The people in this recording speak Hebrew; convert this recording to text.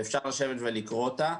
ואפשר לשבת ולקרוא אותה.